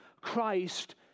Christ